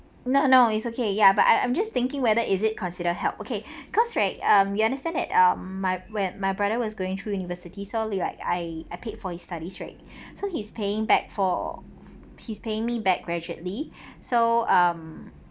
no no it's okay ya but I I'm just thinking whether is it considered help okay because right um you understand that um my when my brother was going through university so really like I paid for his studies right so he's paying back for he's paying me back gradually so um